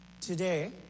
Today